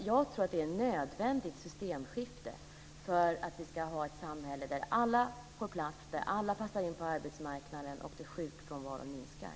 Jag tror att det är ett nödvändigt systemskifte för att vi ska få ett samhälle där alla får plats och passar in på arbetsmarknaden och där sjukfrånvaron minskar.